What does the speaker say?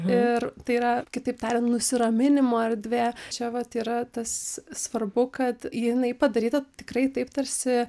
ir tai yra kitaip tariant nusiraminimo erdvė čia vat yra tas svarbu kad jinai padaryta tikrai taip tarsi